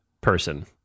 person